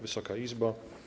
Wysoka Izbo!